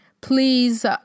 please